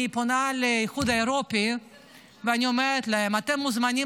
אני פונה לאיחוד האירופי ואני אומרת להם: אתם מוזמנים